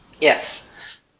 Yes